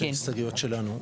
אלה הן ההסתייגויות שלנו.